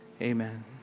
Amen